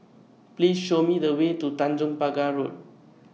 Please Show Me The Way to Tanjong Pagar Road